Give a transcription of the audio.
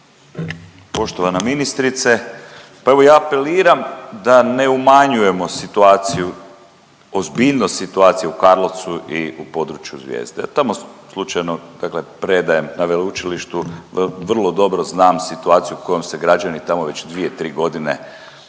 Poštovana ministrice, pa evo ja apeliram da ne umanjujemo situaciju, ozbiljnost situacije u Karlovcu i u području Zvijezde. Tamo slučajno, dakle predajem na Veleučilištu. Vrlo dobro znam situaciju u kojoj se građani tamo već dvije, tri godine